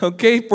Okay